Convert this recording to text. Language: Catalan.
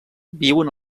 viuen